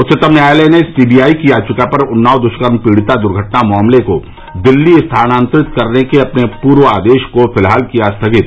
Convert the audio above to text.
उच्चतम न्यायालय ने सीबीआई की याचिका पर उन्नाव दुष्कर्म पीडिता दुर्घटना मामले को दिल्ली स्थानांतरित करने के अपने पूर्व आदेश को फिलहाल किया स्थगित